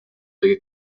tegi